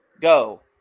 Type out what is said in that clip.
go